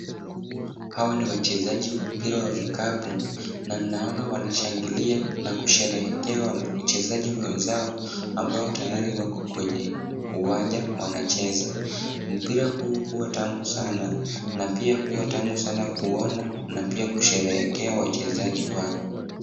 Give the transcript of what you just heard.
Hawa ni wachezaji wa mpira wa vikapu na ninaona wanashangilia na kusherehekea wachezaji wenzao ambao tayari wako kwenye uwanja wanacheza, mpira huu huwa tamu sana na pia huwa tamu sana kuona na pia kusherehekea wachezaji wake.